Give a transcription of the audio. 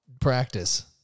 practice